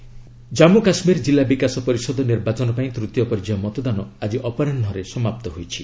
JK polling Jammu Kashmir ଜିଲ୍ଲା ବିକାଶ ପରିଷଦ ନିର୍ବାଚନ ପାଇଁ ତୂତୀୟ ପର୍ଯ୍ୟାୟ ମତଦାନ ଆଜି ଅପରାହ୍ନରେ ସମାପ୍ତ ହୋଇଛି